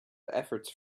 efforts